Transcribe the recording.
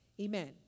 Amen